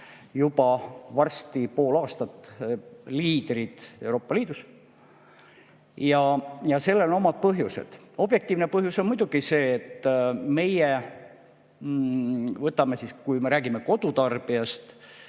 juba pool aastat liidrid Euroopa Liidus. Ja sellel on omad põhjused. Objektiivne põhjus on muidugi see, et meie sissetulekud, kui me räägime kodutarbijatest,